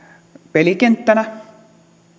pelikenttänä